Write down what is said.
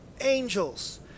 angels